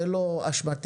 זה לא אשמתנו.